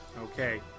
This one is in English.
Okay